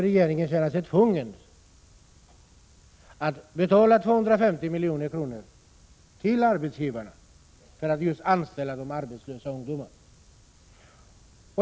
Regeringen känner sig tvungen att betala 250 milj.kr. till arbetsgivare för att de anställer arbetslösa ungdomar.